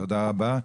תודה רבה.